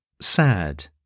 SAD